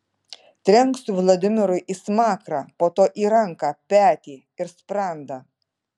trenksiu vladimirui į smakrą po to į ranką petį ir sprandą